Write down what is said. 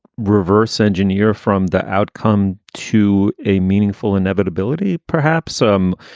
reverse engineer from the outcome to a meaningful inevitability, perhaps some,